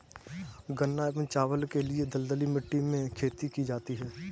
गन्ना एवं चावल के लिए दलदली मिट्टी में खेती की जाती है